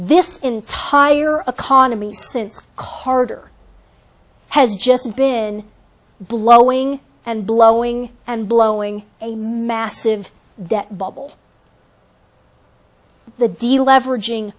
this entire economy since carter has just been blowing and blowing and blowing a massive debt bubble the deal leveraging